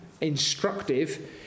instructive